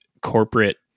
corporate